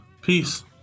Peace